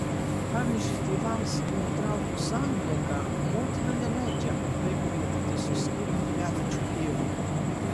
pavyzdžiui tėvams nutraukus santuoką motina neleidžia vaikui matytis su skyrium gyvenančiu tėvu